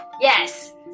yes